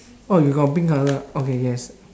oh you got pink colour okay yes